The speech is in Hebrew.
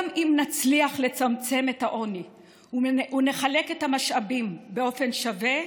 גם אם נצליח לצמצם את העוני ונחלק את המשאבים באופן שווה,